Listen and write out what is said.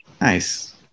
Nice